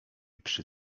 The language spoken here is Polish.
przy